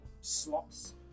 slots